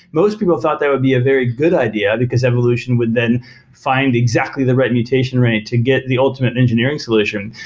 most people thought they would be a very good idea because evolution would then find exactly the right mutation rank to get the ultimate engineering solution.